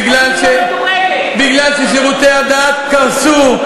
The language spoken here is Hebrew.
מפני ששירותי הדת קרסו.